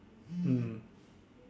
ah